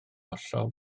hollol